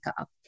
up